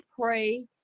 pray